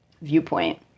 viewpoint